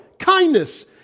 kindness